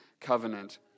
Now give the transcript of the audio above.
covenant